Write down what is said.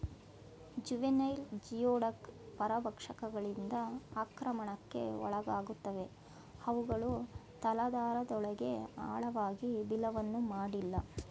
juvenile geoduck ಪರಭಕ್ಷಕಗಳಿಂದ ಆಕ್ರಮಣಕ್ಕೆ ಒಳಗಾಗುತ್ತವೆ ಅವುಗಳು ತಲಾಧಾರದೊಳಗೆ ಆಳವಾಗಿ ಬಿಲವನ್ನು ಮಾಡಿಲ್ಲ